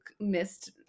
missed